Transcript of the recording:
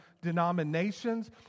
denominations